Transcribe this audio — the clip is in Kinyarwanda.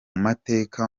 mateka